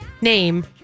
name